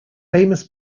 famous